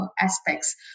Aspects